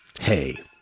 hey